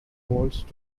waltzed